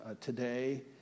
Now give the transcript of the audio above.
today